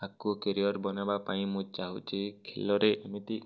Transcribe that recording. ଆଗକୁ କେରିୟର୍ ବନେଇବା ପାଇଁ ମୁଁ ଚାହୁଁଛି ଖେଳରେ ଏମିତି